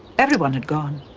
everyone had gone.